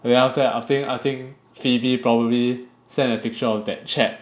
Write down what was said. then after that after I think I think Phoebe probably sent a picture of that chat